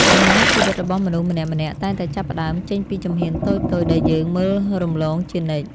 ដំណើរជីវិតរបស់មនុស្សម្នាក់ៗតែងតែចាប់ផ្ដើមចេញពីជំហានតូចៗដែលយើងមើលរំលងជានិច្ច។